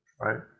right